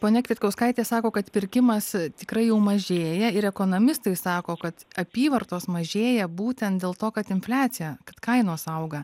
ponia kvietkauskaitė sako kad pirkimas tikrai jau mažėja ir ekonomistai sako kad apyvartos mažėja būtent dėl to kad infliacija kad kainos auga